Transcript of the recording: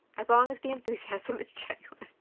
as long as the enthusiasm is genuine.